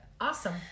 Awesome